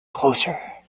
closer